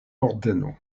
ordeno